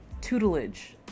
tutelage